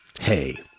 Hey